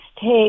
take